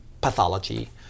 pathology